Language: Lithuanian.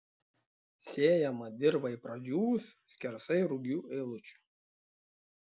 sėjama dirvai pradžiūvus skersai rugių eilučių